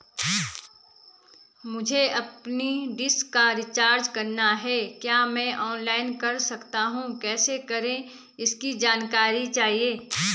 मुझे अपनी डिश का रिचार्ज करना है क्या मैं ऑनलाइन कर सकता हूँ कैसे करें इसकी जानकारी चाहिए?